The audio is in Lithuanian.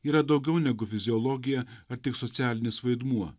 yra daugiau negu fiziologija ar tik socialinis vaidmuo